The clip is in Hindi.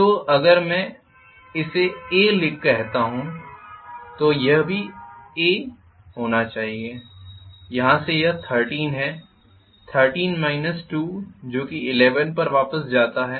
इसलिए अगर मैं इसे a कहता हूं तो यह भी a होना चाहिए यहां से यह 13 है 13 2 जो कि 11 पर वापस जाता है